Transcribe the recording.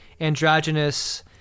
androgynous